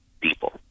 people